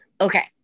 Okay